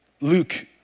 Luke